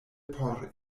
por